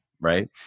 right